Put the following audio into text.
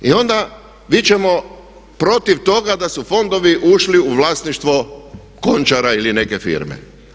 I onda vičemo protiv toga da su fondovi ušli u vlasništvo Končara ili neke firme.